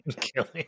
Killing